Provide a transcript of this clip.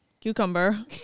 cucumber